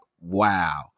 wow